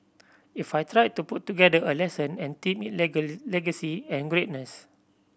if I tried to put together a lesson and themed it legacy and greatness